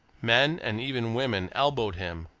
men, and even women, elbowed him,